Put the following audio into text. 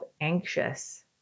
anxious